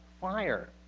fire